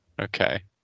Okay